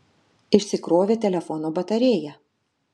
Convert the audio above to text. išsikrovė telefono batarėja